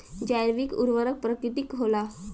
जैविक उर्वरक प्राकृतिक होला